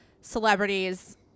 celebrities